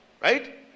Right